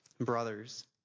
Brothers